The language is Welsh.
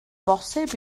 bosib